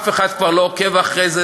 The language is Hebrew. אף אחד כבר לא עוקב אחרי זה,